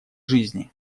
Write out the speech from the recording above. жизни